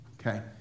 Okay